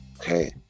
Okay